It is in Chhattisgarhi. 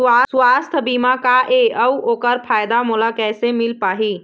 सुवास्थ बीमा का ए अउ ओकर फायदा मोला कैसे मिल पाही?